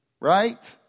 Right